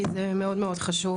כי זה מאוד מאוד חשוב.